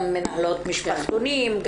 גם מנהלות משפחתונים,